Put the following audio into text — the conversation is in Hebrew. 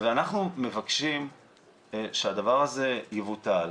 אנחנו מבקשים שהדבר הזה יבוטל,